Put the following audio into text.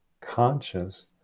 conscious